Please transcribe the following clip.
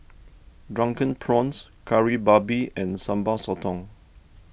Drunken Prawns Kari Babi and Sambal Sotong